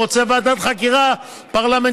הוא רוצה ועדת חקירה פרלמנטרית.